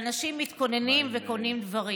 ואנשים מתכוננים וקונים דברים,